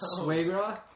Suegra